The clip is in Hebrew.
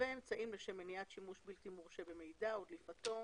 ואמצעים לשם מניעת שימוש בלתי מורשה במידה או דליפתו,